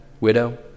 widow